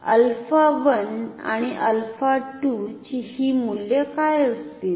तर आता 𝛼1 आणि 𝛼2 ची ही मूल्ये काय असतील